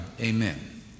Amen